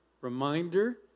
reminder